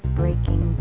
breaking